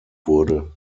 wurde